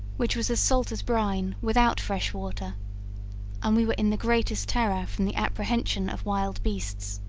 which was as salt as brine, without fresh water and we were in the greatest terror from the apprehension of wild beasts.